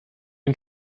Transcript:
ihn